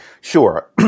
Sure